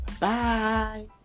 Bye